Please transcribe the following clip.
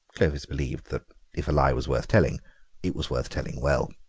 clovis believed that if a lie was worth telling it was worth telling well.